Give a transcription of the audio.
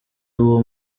uwo